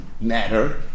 matter